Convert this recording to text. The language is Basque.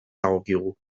dagokigu